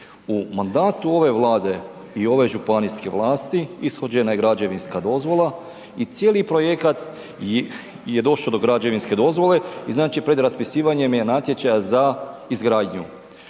U mandatu ove Vlade i ove županijske vlasti ishođena je građevinska dozvola i cijeli projekat je došao do građevinske dozvole i znači pred raspisivanjem je natječaja za izgradnju.